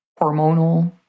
hormonal